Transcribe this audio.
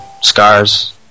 Scars